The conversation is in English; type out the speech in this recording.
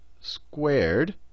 squared